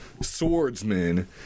swordsman